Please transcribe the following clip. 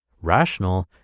rational